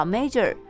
Major